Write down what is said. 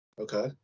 Okay